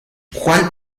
juan